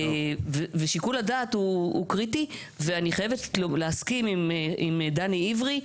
ושיקול הדעת הוא קריטי ואני חייבת להסכים עם דני עברי,